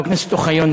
חבר הכנסת אוחיון,